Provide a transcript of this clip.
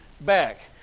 back